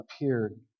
appeared